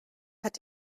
hat